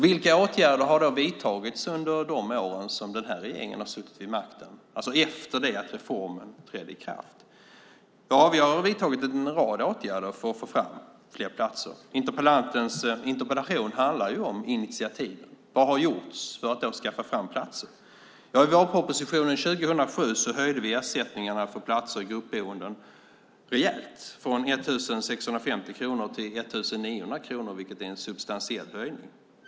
Vilka åtgärder har då vidtagits under de åren som den här regeringen har suttit vid makten, alltså efter det att reformen trädde i kraft? Vi har vidtagit en rad åtgärder för att få fram fler platser. Interpellationen handlar ju om initiativen - vad har gjorts för att skaffa fram platser? I vårpropositionen 2007 höjde vi ersättningarna för platser i gruppboenden rejält från 1 650 kronor till 1 900 kronor, vilket är en substantiell höjning.